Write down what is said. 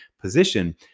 position